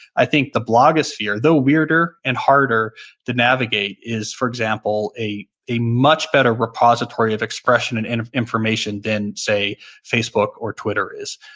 i think the blogosphere, though weirder and harder to navigate, is, for example, a a much better repository of expression and and information than say facebook or twitter is.